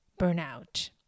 burnout